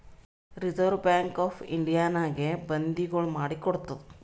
reserve bank of ಇಂಡಿಯಾನಾಗೆ ಬಂದಿಗೊಳ್ ಮಾಡಿ ಕೊಡ್ತಾದ್